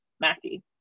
Mackie